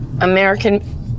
American